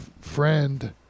friend